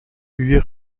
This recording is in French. huit